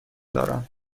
دارم